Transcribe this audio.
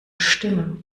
stimme